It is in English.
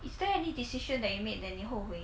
is there any decision that you made that 你后悔